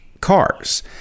cars